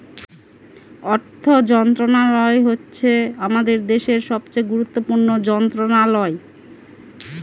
অর্থ মন্ত্রণালয় হচ্ছে আমাদের দেশের সবচেয়ে গুরুত্বপূর্ণ মন্ত্রণালয়